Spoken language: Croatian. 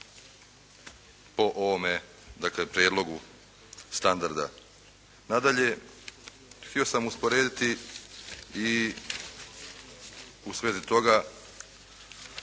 po ovom prijedlogu standarda. Nadalje, htio sam usporediti i u svezi toga